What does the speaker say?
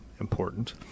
important